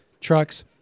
trucks